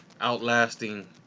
outlasting